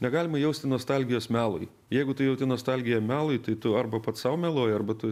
negalima jausti nostalgijos melui jeigu tu jauti nostalgiją melui tai tu arba pats sau meluoji arba tu